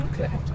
Okay